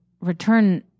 return